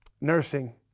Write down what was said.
Nursing